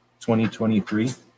2023